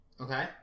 Okay